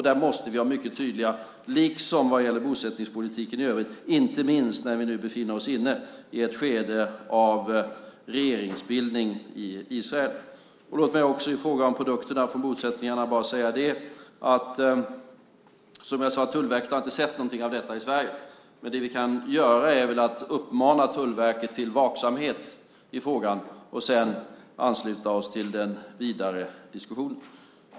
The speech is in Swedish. Där måste vi vara mycket tydliga, liksom vad gäller bosättningspolitiken i övrigt, inte minst när vi nu befinner oss inne i ett skede av regeringsbildning i Israel. Som jag sade när det gäller produkterna från bosättningarna har Tullverket inte sett något av detta i Sverige. Men vi kan uppmana Tullverket till vaksamhet i frågan och sedan ansluta oss till den vidare diskussionen.